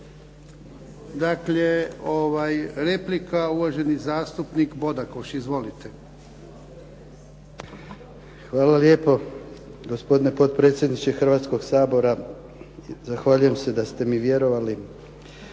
dakle replika, uvaženi zastupnik Bodakoš. Izvolite. **Bodakoš, Dragutin (SDP)** Hvala lijepo gospodine potpredsjedniče Hrvatskog sabora. Zahvaljujem se da ste mi vjerovali